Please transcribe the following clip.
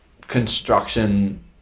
construction